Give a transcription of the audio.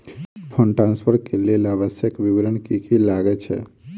Fund transfer केँ लेल आवश्यक विवरण की की लागै छै?